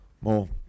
more